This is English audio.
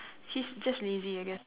he's just lazy I guess